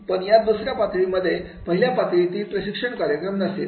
पण या दुसऱ्या पातळीमध्ये पहिल्या पातळीतील प्रशिक्षण कार्यक्रम नसेल